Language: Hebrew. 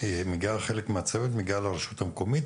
לרשות המקומית